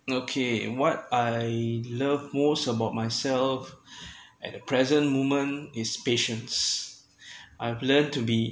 okay what I love most about myself at the present moment is patience I've learned to be